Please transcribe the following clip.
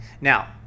Now